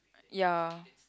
ya